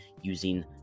using